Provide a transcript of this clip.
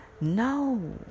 no